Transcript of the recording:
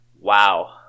Wow